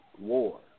war